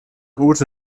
ute